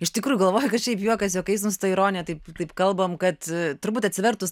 iš tikrų galvojau kad šiaip juokas juokais ta ironija taip taip kalbam kad turbūt atsivertus